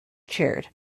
chaired